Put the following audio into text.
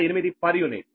08 per unit